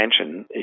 attention